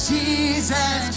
Jesus